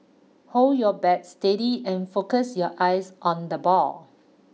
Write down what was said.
hold your bat steady and focus your eyes on the ball